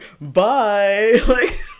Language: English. bye